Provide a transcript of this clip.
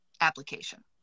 application